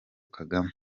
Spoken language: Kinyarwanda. kagame